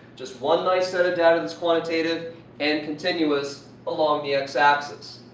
just one nice set of data that is quantitative and continuous along the x axis.